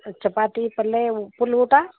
ಚಪಾತಿ ಪಲ್ಯ ಪುಲ್ ಊಟ